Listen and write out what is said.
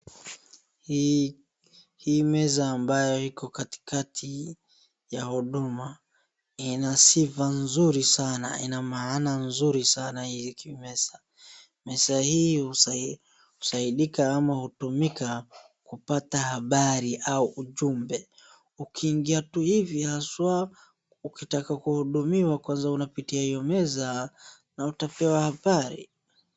Hii meza ambayo iko katikati ya huduma, inasifa nzuri sana na ina maana nzuri sana hiki meza. Meza hii husaidika ama hutumika kupata habari au ujumbe ukiingia tu hivi, haswa ukitaka kuhudumiwa kwanza unapitia hiyo meza na utapewa habari.